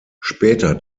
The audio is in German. später